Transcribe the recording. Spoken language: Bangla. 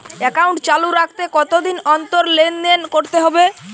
একাউন্ট চালু রাখতে কতদিন অন্তর লেনদেন করতে হবে?